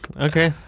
okay